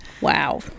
wow